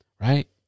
Right